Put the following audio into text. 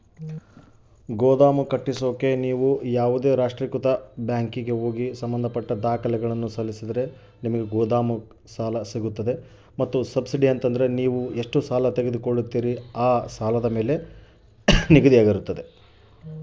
ಗೋದಾಮು ಕಟ್ಟೋಕೆ ಸಬ್ಸಿಡಿ ಸಾಲ ಸೌಲಭ್ಯ ಎಲ್ಲಿ ಸಿಗುತ್ತವೆ ಮತ್ತು ಎಷ್ಟು ಸಬ್ಸಿಡಿ ಬರುತ್ತೆ?